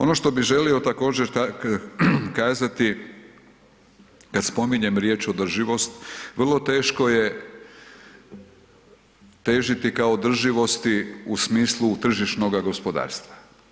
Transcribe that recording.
Ono što bi želio također kazati kad spominjem riječ „održivost“ vrlo teško je težiti ka održivosti u smislu tržišnoga gospodarstva.